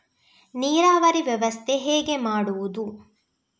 ನೀರಾವರಿ ವ್ಯವಸ್ಥೆ ಹೇಗೆ ಮಾಡುವುದು?